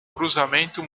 cruzamento